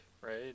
right